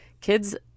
kids